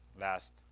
last